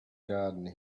garden